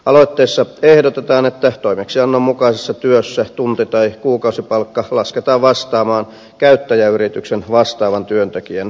aloitteessa ehdotetaan että toimeksiannon mukaisessa työssä tunti tai kuukausipalkka lasketaan vastaamaan käyttäjäyrityksen vastaavan työntekijän keskiansiotasoa